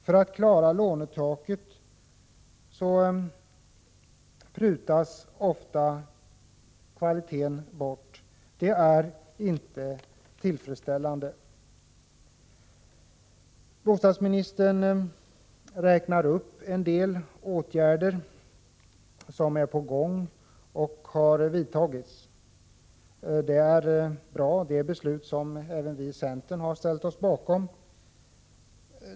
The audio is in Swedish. För att klara lånetaket prutar man ofta på kvaliteten. Det är inte tillfredsställande. Bostadsministern räknar upp en del åtgärder som har vidtagits och som är på gång. Det är bra. De baseras på beslut som även vi i centern ställt oss bakom.